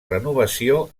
renovació